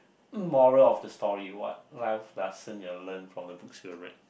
moral of the story what life lesson you have learnt from the books you have read